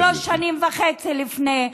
שלוש שנים וחצי לפני.